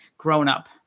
grown-up